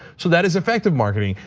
so that is effective marketing.